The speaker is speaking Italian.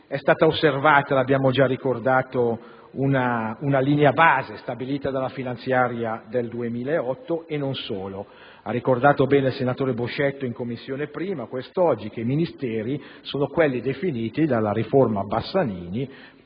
È stata osservata - l'abbiamo già ricordato - una linea base stabilita dalla finanziaria del 2008 e non solo. Ha ricordato bene oggi il senatore Boscetto, in sede di 1a Commissione, che i Ministeri sono quelli definiti dalla riforma Bassanini,